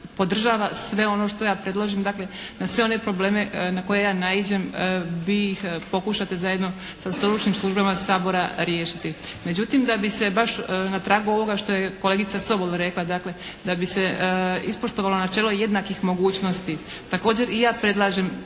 podržava sve ono što ja predložim. Dakle, na sve one probleme na koje ja naiđem vi ih pokušate zajedno sa stručnim službama Sabora riješiti. Međutim, da bi se baš na tragu ovoga što je kolegica Sobol rekla da bi se ispoštovalo načelo jednakih mogućnosti također i ja predlažem